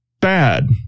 bad